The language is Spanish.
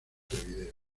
montevideo